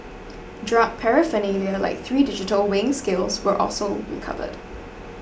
drug paraphernalia like three digital weighing scales were also recovered